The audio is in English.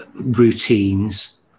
routines